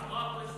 רק תדע,